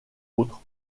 autres